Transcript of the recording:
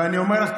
ואני אומר לך,